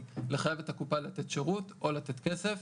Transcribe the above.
לחייב את הקופה לתת שירות או לתת כסף.